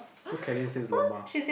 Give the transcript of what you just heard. so kenny says Louma